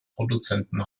produzenten